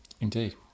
Indeed